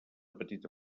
petita